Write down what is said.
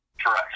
Correct